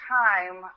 time